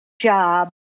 job